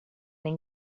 ein